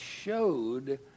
showed